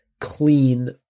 clean